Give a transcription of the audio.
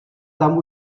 tam